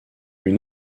plus